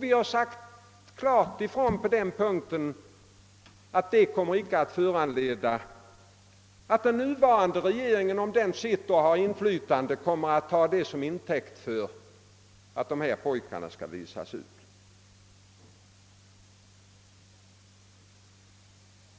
Vi har klart sagt ifrån att den nuvarande regeringen inte kommer att ta vietnamkrigets upphörande som intäkt för att visa ut dessa pojkar.